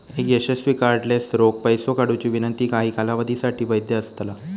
एक यशस्वी कार्डलेस रोख पैसो काढुची विनंती काही कालावधीसाठी वैध असतला